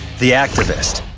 the activist